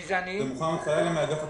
זה מוחמד חלאילה מאגף התקציבים.